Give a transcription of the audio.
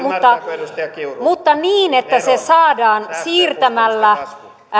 mutta niin että se saadaan siirtämällä